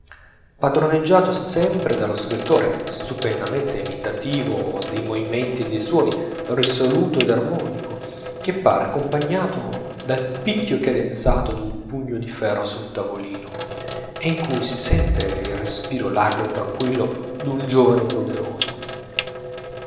padroneggiato sempre dallo scrittore stupendamente imitativo dei movimenti e dei suoni risoluto ed armonico che par accompagnato dal picchio cadenzato d'un pugno di ferro sul tavolino e in cui si sente il respiro largo e tranquillo d'un giovane poderoso